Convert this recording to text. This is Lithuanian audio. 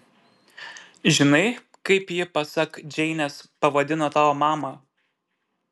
žinai kaip ji pasak džeinės pavadino tavo mamą